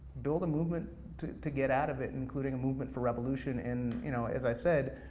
build a movement to to get out of it, including a movement for revolution and, you know, as i said,